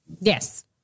yes